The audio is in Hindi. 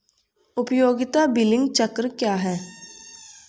उपयोगिता बिलिंग चक्र क्या है?